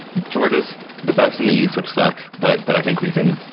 georgia's the best in the east which sucks but but i think we can